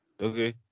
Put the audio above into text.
Okay